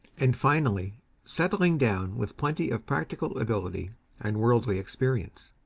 and finally settling down with plenty of practical ability and worldly experience,